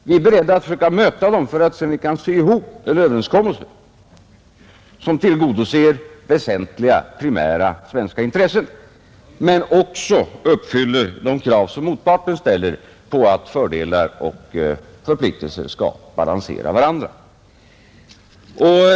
Vi är beredda att försöka möta dem för att se om vi kan sy ihop en överenskommelse som tillgodoser primära svenska intressen men som också uppfyller de krav som motparten ställer på att fördelar och förpliktelser skall balansera varandra.